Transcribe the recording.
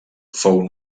fou